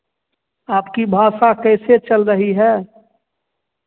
आपकी भाषा कैसे चल रही है